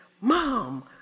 Mom